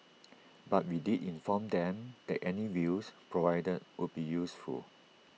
but we did inform them that any views provided would be useful